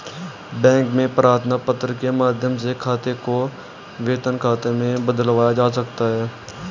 bank में प्रार्थना पत्र के माध्यम से खाते को वेतन खाते में बदलवाया जा सकता है